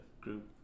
group